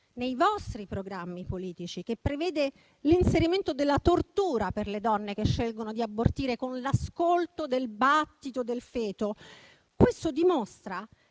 nei vostri programmi politici che prevede l'inserimento della tortura per le donne che scelgono di abortire con l'ascolto del battito del feto. Questo dimostra